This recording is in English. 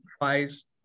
Wise